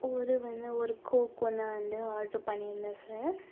ஒரு வந்து ஒரு கோக் ஒன்று வந்து ஆர்ட்ரு பண்ணிருந்தேன் சார்